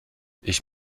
ich